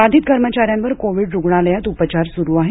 बाधित कर्मचाऱ्यांवर कोव्हिड रुग्णालयात उपचार सुरु आहेत